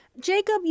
Jacob